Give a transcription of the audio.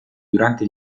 durante